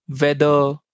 weather